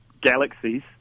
galaxies